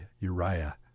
Uriah